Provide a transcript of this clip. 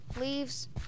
leaves